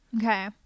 Okay